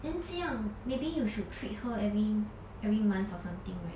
then 这样 maybe you should treat her every every month or something right